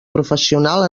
professional